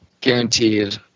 guaranteed